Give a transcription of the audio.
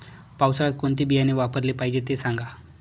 पावसाळ्यात कोणते बियाणे वापरले पाहिजे ते सांगा